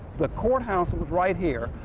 the courthouses was right here.